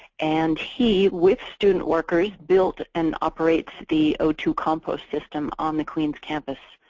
and he, with student workers, built and operates the o two compost system on the queens campus.